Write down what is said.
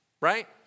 right